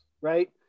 right